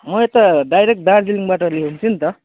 म यता डाइरेक्ट दार्जिलिङबाट ल्याउँछु नि त